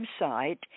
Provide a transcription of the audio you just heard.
website